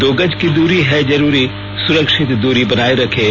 दो गज की दूरी है जरूरी सुरक्षित दूरी बनाए रखें